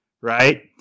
right